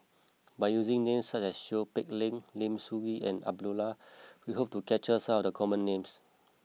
by using names such as Seow Peck Leng Lim Soo Ngee and Abdullah we hope to capture some of the common names